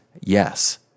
yes